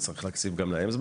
צריך להקציב זמן